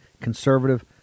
conservative